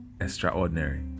extraordinary